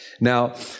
Now